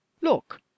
look